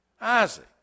Isaac